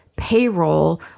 payroll